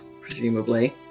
presumably